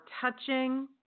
touching